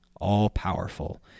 all-powerful